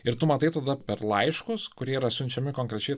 ir tu matai tada per laiškus kurie yra siunčiami konkrečiai